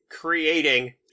creating